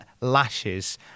lashes